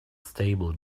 stable